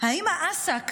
אם האס"ק